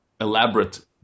elaborate